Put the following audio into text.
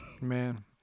Man